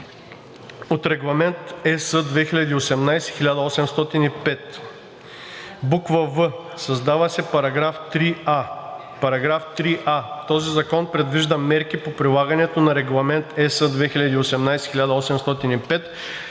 от Регламент (ЕС) 2018/1805.“; в) създава се § 3а: „§ 3а. Този закон предвижда мерки по прилагането на Регламент (ЕС) 2018/1805